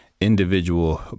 individual